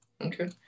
Okay